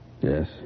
Yes